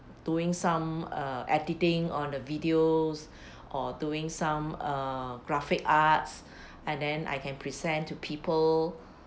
doing some uh editing on the videos or doing some uh graphic arts and then I can present to people